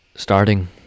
Starting